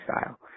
style